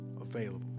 available